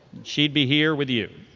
she'd be here with you.